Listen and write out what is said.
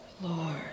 Lord